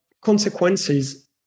consequences